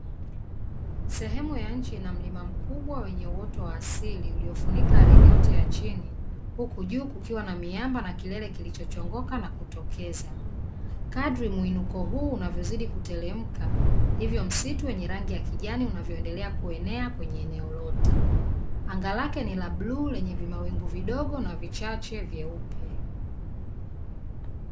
Sehemu ya nje ina mlima mkubwa wenye uoto wa asili uliyofunika ardhi yote ya chini, huku juu kukiwa na miamba na kilele kilichochongoka na kutokeza. Kadri mwinuko huu unavozidi kuteremka, ndivo msitu wenye rangi ya kijani unavyoendelea kuenea mwenye eneo lote. Anga lake ni la bluu yenye vimawingu vidogo na vichache vyeupe.